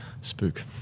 Spook